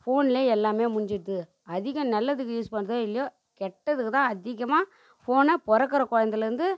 ஃபோன்ல எல்லாமே முடிஞ்சுடுத்து அதிகம் நல்லதுக்கு யூஸ் பண்ணுதோ இல்லையோ கெட்டதுக்கு தான் அதிகமாக ஃபோனை பிறக்குற குலந்தலேருந்து